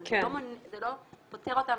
אבל זה לא פותר אותם